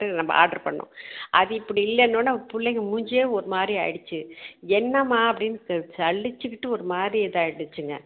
நம்ம ஆர்டர் பண்ணிணோம் அது இப்படி இல்லைன்னா உட்னே பிள்ளைங்கள் மூஞ்சியே ஒரு மாதிரி ஆயிடுச்சு என்னம்மா அப்படின்னு ச சலித்துக்கிட்டு ஒரு மாதிரி இதாக ஆயிடுச்சுங்க